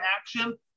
action